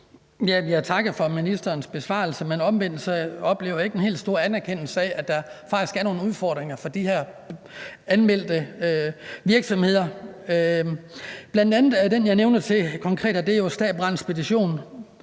Jeg takker for ministerens besvarelse, men omvendt oplever jeg ikke den helt store anerkendelse af, at der faktisk er nogle udfordringer for de her anmeldte virksomheder, bl.a. den, jeg nævner konkret, Stabrand Spedition,